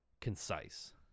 concise